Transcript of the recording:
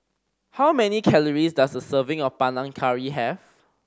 how many calories does a serving of Panang Curry have